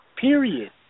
Period